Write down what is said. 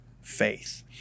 faith